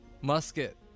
Musket